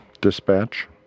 Dispatch